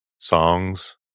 songs